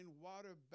water